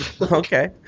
Okay